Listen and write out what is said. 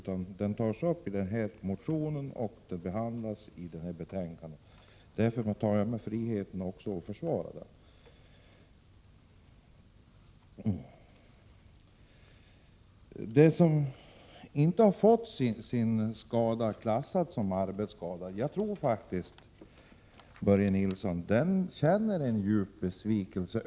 Jag tar mig därför friheten att försvara vår uppfattning i frågan. De människor som har försökt men inte fått en skada klassificerad som arbetsskada tror jag faktiskt, Börje Nilsson, känner djup besvikelse.